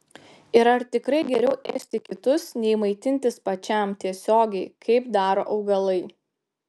ir ar tikrai geriau ėsti kitus nei maitintis pačiam tiesiogiai kaip daro augalai